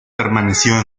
permaneció